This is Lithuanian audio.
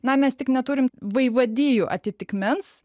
na mes tik neturim vaivadijų atitikmens